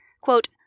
Quote